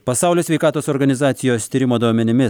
pasaulio sveikatos organizacijos tyrimo duomenimis